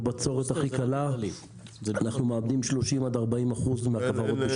בבצורת הכי קלה אנחנו מאבדים 30% עד 40% מהכוורות.